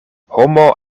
homo